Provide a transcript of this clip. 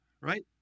right